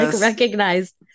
recognized